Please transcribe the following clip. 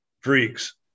Freaks